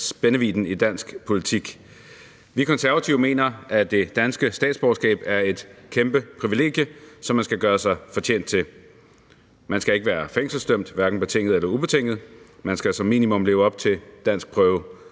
spændvidden i dansk politik. Vi Konservative mener, at det danske statsborgerskab er et kæmpe privilegie, som man skal gøre sig fortjent til. Man skal ikke være fængselsdømt, hverken betinget eller ubetinget, man skal som minimum leve op til danskprøve